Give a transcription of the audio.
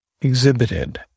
exhibited